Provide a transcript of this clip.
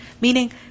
Meaning